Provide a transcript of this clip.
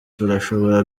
turashobora